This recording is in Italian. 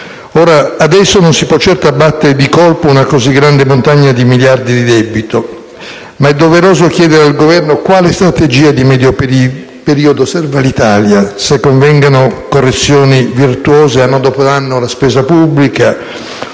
forte. Adesso non si può certo abbattere di colpo una così grande montagna di miliardi di debito, ma è doveroso chiedere al Governo quale strategia di medio periodo serva all'Italia, se convengano correzioni virtuose anno dopo anno della spesa pubblica,